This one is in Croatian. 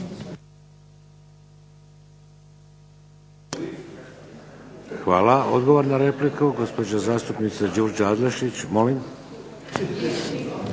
Hvala. Odgovor na repliku gospođa zastupnica Đurđa Adlešić. Molim?